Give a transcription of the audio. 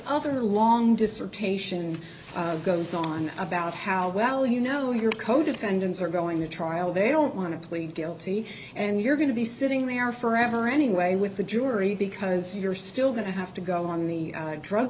other long dissertation goes on about how well you know your co defendants are going to trial they don't want to plead guilty and you're going to be sitting there forever anyway with the jury because you're still going to have to go on the drug